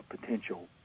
potential